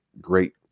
great